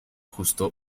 justo